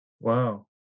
Wow